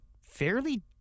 fairly